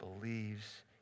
believes